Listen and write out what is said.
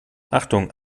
achtung